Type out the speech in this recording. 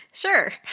Sure